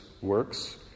works